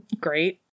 great